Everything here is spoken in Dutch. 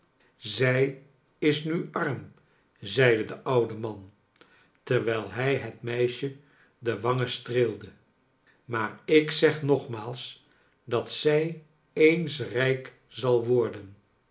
zij is nu arm zeide de oude man terwijl hij het meisje de wangen streelde maar ik zeg nogmaals dat zij eens rijk zal worden